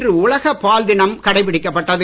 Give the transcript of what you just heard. இன்று உலக பால் தினம் கடைபிடிக்கப்பட்டது